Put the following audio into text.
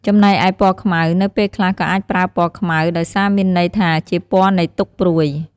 ចំណែកឯពណ៌ខ្មៅ នៅពេលខ្លះក៏អាចប្រើពណ៌ខ្មៅ ដោយសារមានន័យថាជាពណ៌នៃទុក្ខព្រួយ។